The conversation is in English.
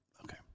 Okay